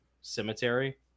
cemetery